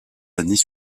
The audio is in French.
années